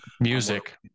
Music